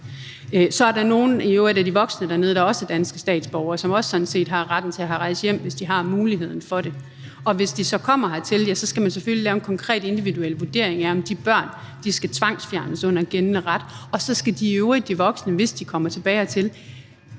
Så er der i øvrigt nogle af de voksne dernede, der også er danske statsborgere, og som sådan set også har retten til at rejse hjem, hvis de har muligheden for det. Og hvis de så kommer hertil, skal man selvfølgelig lave en konkret individuel vurdering af, om de børn skal tvangsfjernes under gældende ret. Og så skal de voksne i øvrigt, hvis de kommer tilbage hertil,